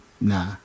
nah